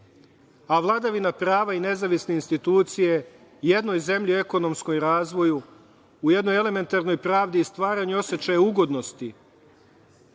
a vladavina prava i nezavisne institucije jednoj zemlji u ekonomskom razvoju, u jednoj elementarnoj pravdi i stvaranju osećaja ugodnosti,